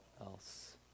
else